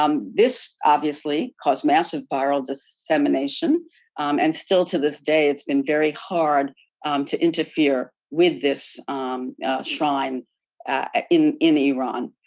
um this, obviously, caused massive viral dissemination and still, to this day, it's been very hard to interfere with this shrine in in iran.